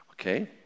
Okay